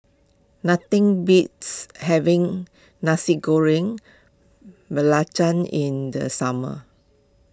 nothing beats having Nasi Goreng Belacan in the summer